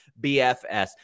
BFS